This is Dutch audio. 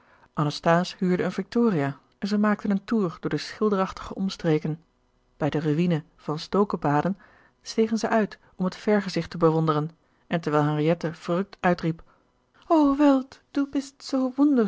anasthase huurde een victoria en zij maakten een toer door de schilderachtige omstreken bij de ruïne van stoken baden stegen zij uit om het vergezicht te bewonderen en terwijl henriette verrukt uitriep o welt